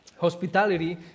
Hospitality